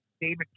David